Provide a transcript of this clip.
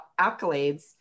accolades